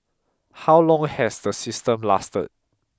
how long has the system lasted